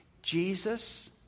Jesus